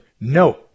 No